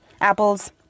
Apples